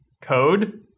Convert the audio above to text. code